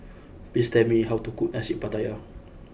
please tell me how to cook Nasi Pattaya